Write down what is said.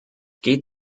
geht